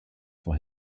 for